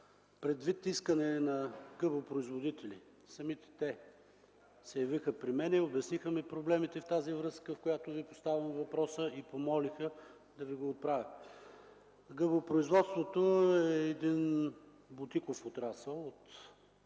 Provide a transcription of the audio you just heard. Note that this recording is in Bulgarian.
предвид искания на гъбопроизводители. Самите те се явиха при мен, обясниха ми проблемите в тази връзка, в която Ви поставям въпроса. Гъбопроизводството е един бутиков отрасъл от